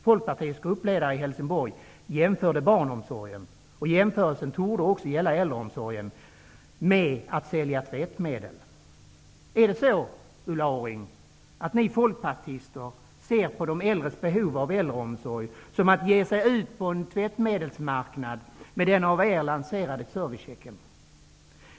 Folkpartiets gruppledare i Helsingborg jämförde barnomsorgen -- jämförelsen torde gälla även äldreomsorgen -- med att sälja tvättmedel. Är det så, Ulla Orring, ni folkpartister ser på de äldres behov av äldreomsorg, som att ge sig ut på en tvättmedelsmarknad med den av er lanserade servicechecken?